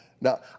Now